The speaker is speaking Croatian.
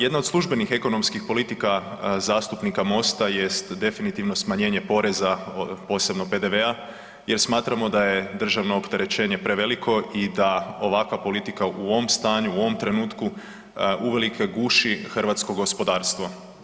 Jedna od službenih ekonomskih politika zastupnika Mosta jest definitivno smanjenje poreza, posebno PDV-a jer smatramo da je državno opterećenje preveliko i da ovakva politika u ovom stanju, u ovom trenutku uvelike guši hrvatsko gospodarstvo.